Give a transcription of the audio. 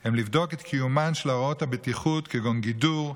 הוא לבדוק את קיומן של הוראות הבטיחות כגון גידור,